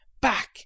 back